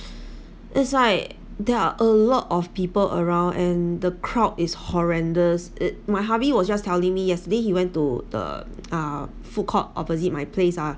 it's like there are a lot of people around and the crowd is horrendous it's my hubby was just telling me yesterday he went to the uh food court opposite my place ah